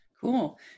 Cool